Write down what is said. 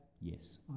yes